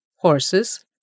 horses